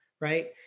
right